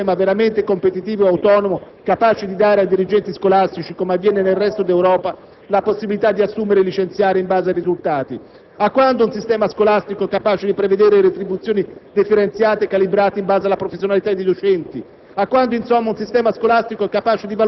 Resta perciò la domanda: a quando un sistema veramente competitivo e autonomo, capace di dare ai dirigenti scolastici, come avviene nel resto d'Europa, la possibilità di assumere e licenziare in base ai risultati? A quando un sistema scolastico capace di prevedere retribuzioni differenziate e calibrate in base alla professionalità dei docenti?